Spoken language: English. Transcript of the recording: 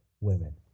women